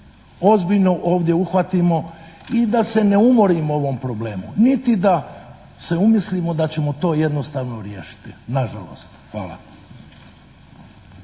ozbiljno ovdje uhvatimo i da se ne umorimo u ovom problemu niti da se umislimo da ćemo to jednostavno riješiti, nažalost. Hvala.